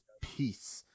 peace